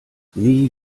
nie